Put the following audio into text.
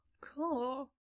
cool